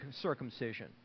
circumcision